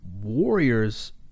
warriors